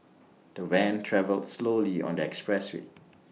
the van travelled slowly on the expressway